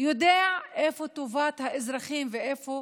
יודע איפה טובת האזרחים ואיפה